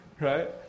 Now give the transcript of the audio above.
Right